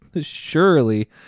surely